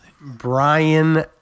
Brian